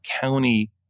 county